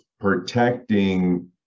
protecting